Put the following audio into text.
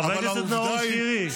חבר הכנסת נאור שירי.